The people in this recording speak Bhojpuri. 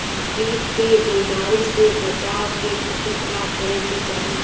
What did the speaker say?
कीट के बीमारी से बचाव के खातिर का करे के चाही?